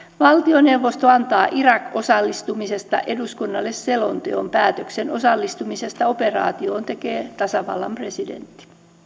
valtioneuvosto antaa irak osallistumisesta eduskunnalle selonteon päätöksen osallistumisesta operaatioon tekee tasavallan presidentti